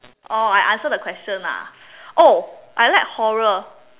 oh I answer the question ah oh I like horror